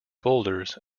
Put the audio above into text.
boulders